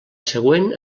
següent